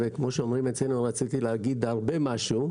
כמו שאומרים אצלנו רציתי להגיד הרבה משהו.